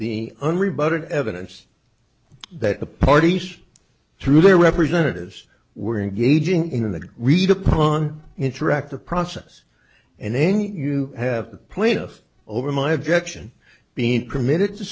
the un rebuttal evidence that the parties through their representatives were engaging in the read upon interactive process and then you have the plaintiff over my objection being permitted to